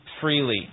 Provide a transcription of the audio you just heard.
freely